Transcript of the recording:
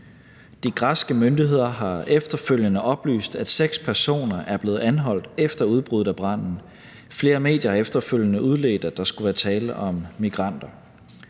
De græske myndigheder har efterfølgende oplyst, at seks personer er blevet anholdt efter udbruddet af branden. Flere medier har efterfølgende udledt, at der skulle være tale om migranter.